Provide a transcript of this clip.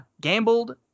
gambled